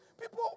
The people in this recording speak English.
People